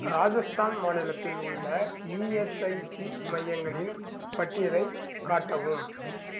ராஜஸ்தான் மாநிலத்தில் உள்ள இஎஸ்ஐசி மையங்களின் பட்டியலைக் காட்டவும்